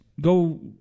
go